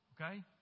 Okay